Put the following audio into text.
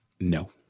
No